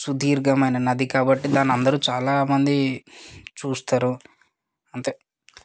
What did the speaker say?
సుదీర్ఘమైన నది కాబట్టి దాన్ని అందరు చాలా మంది చూస్తారు అంతే